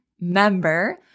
member